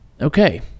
Okay